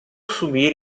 subir